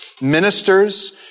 ministers